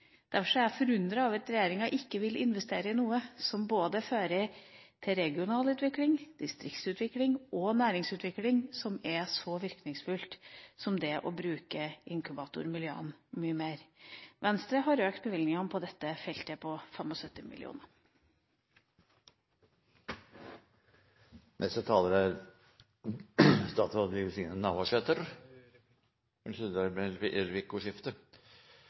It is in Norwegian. er jeg forundret over at regjeringa ikke vil investere i noe som både fører til regional utvikling, distriktsutvikling og næringsutvikling, og som er så virkningsfullt som det er å bruke inkubatormiljøene mye mer. Venstre har økt bevilgningene på dette feltet med 75 mill. kr. Det blir replikkordskifte. Jeg er